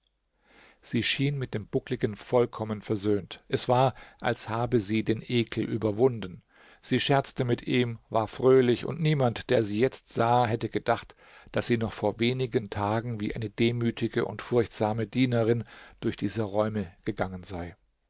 sie schien mit dem buckligen vollkommen versöhnt es war als habe sie den ekel überwunden sie scherzte mit ihm war fröhlich und niemand der sie jetzt sah hätte gedacht daß sie noch vor wenigen tagen wie eine demütige und furchtsame dienerin durch diese räume gegangen sei